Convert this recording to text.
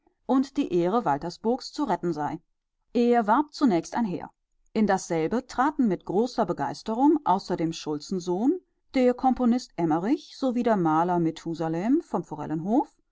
und die ehre waltersburgs zu retten sei er warb zunächst ein heer in dasselbe traten mit großer begeisterung außer dem schulzensohn der komponist emmerich sowie der maler methusalem vom forellenhof